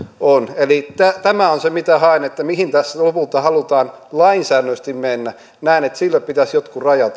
on eli tämä on se mitä haen että mihin tässä lopulta halutaan lainsäädännöllisesti mennä näen että sille pitäisi jotkut rajat